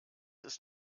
ist